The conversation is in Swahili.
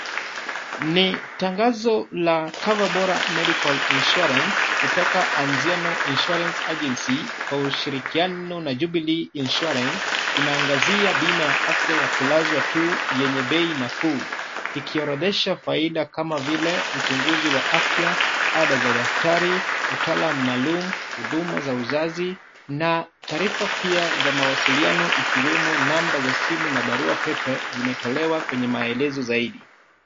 Ni tangazo la cover bora medical insurance kutoka Anziano Insurance Agency kwa ushirikiano na Jubilee Insurance inaangazia bima ya afya ya kulazwa tu yenye bei nafuu. Ikiorodhesha faida kama vile uchunguzi wa afya, ada za daktari, utaalam maalum, huduma za uzazi, na taarifa pia za mawasiliano ikiwemo namba za simu na barua pepe zimetolewa kwenye maelezo zaidi.